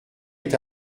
est